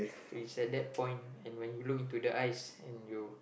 preset that point and when you look into the eyes and you